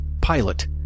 pilot